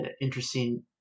interesting